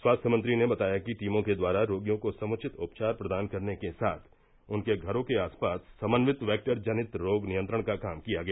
स्वास्थ्य मंत्री ने बताया कि टीमों के द्वारा रोगियों को समुचित उपचार प्रदान करने के साथ उनके घरों के आसपास समन्वित वैक्टर जनित रोग नियंत्रण का काम किया गया